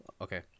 Okay